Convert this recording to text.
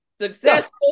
successful